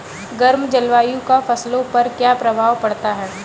गर्म जलवायु का फसलों पर क्या प्रभाव पड़ता है?